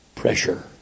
Pressure